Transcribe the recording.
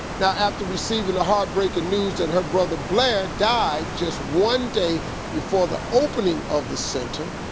now after receiving the heartbreaking news that her brother blair died just one day before the opening of the center,